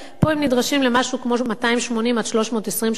פה הם נדרשים למשהו כמו 280 320 שקלים,